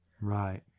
right